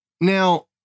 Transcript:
Now